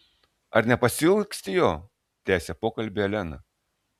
ar nepasiilgsti jo tęsia pokalbį elena